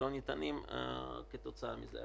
שלא ניתנים כתוצאה מזה.